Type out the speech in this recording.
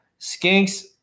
skinks